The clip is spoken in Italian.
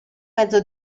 mezzo